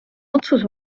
otsus